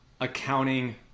accounting